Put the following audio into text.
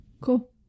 Cool